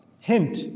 hint